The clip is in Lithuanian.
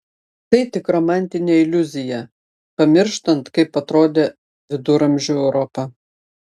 tai tik romantinė iliuzija pamirštant kaip atrodė viduramžių europa